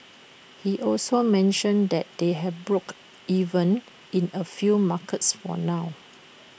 he also mentioned that they have broke even in A few markets for now